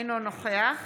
אינו נוכח